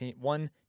one